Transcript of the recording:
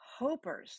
hopers